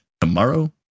tomorrow